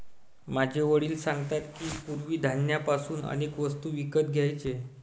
माझे वडील सांगतात की, पूर्वी धान्य पासून अनेक वस्तू विकत घ्यायचे